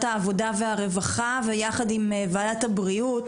העבודה והרווחה ויחד עם וועדת הבריאות,